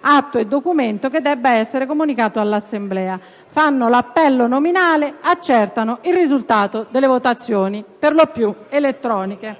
atto e documento che debba essere comunicato all'Assemblea; fanno l'appello nominale; accertano il risultato delle votazioni...» (per lo più elettroniche).